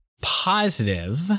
positive